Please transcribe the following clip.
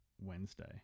Wednesday